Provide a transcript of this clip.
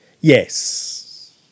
Yes